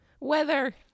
weather